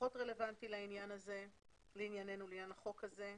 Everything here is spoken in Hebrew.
פחות רלוונטי לעניין החוק הזה.